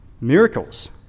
miracles